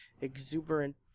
exuberant